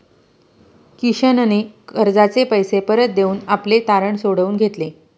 किशनने कर्जाचे पैसे परत देऊन आपले तारण सोडवून घेतले